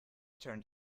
turned